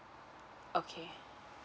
okay